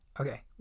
Okay